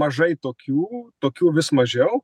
mažai tokių tokių vis mažiau